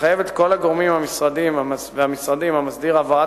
משרד הרווחה